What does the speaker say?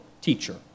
teacher